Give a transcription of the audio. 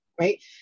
right